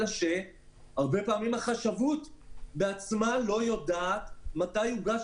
אלא שהרבה פעמים החשבות בעצמה לא יודעת מתי יוגש